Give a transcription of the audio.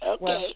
Okay